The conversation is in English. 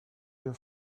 your